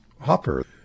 Hopper